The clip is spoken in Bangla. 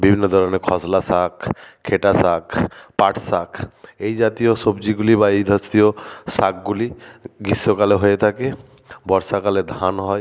বিভিন্ন ধরনের খসলা শাক খেটা শাক পাট শাক এই জাতীয় সবজিগুলি বা এই জাতীয় শাকগুলি গ্রীষ্মকালে হয়ে থাকে বর্ষাকালে ধান হয়